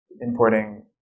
importing